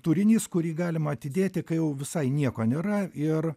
turinys kurį galima atidėti kai jau visai nieko nėra ir